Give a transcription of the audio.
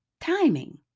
Timing